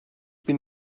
bin